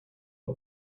not